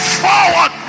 forward